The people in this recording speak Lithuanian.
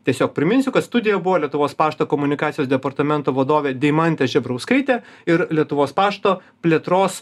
tiesiog priminsiu kad studijoj buvo lietuvos pašto komunikacijos departamento vadovė deimantė žebrauskaitė ir lietuvos pašto plėtros